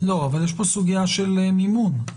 אבל יש פה סוגיה של מימון.